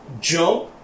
jump